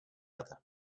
other